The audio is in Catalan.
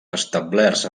establerts